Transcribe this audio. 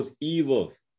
evils